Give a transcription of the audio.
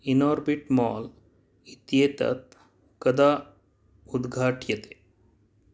Inorbit mall इत्येतत् कदा उद्घाट्यते